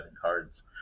cards